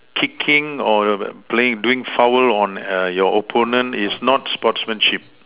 kicking or playing doing foul on err your opponent is not sportsmanship